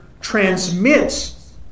transmits